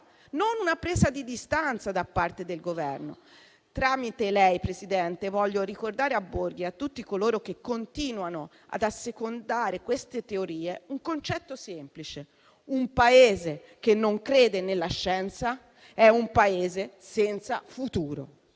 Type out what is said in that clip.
non una presa di distanza da parte del Governo. Tramite lei, signora Presidente, voglio ricordare a Borghi e a tutti coloro che continuano ad assecondare queste teorie un concetto semplice: un Paese che non crede nella scienza è un Paese senza futuro.